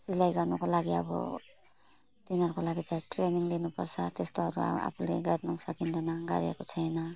सिलाइ गर्नुको लागि अब तिनीहरूको लागि त ट्रेनिङ लिनु पर्छ त्यस्तोहरू अब आफूले गर्नु सकिँदैन गरेको छैन